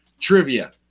trivia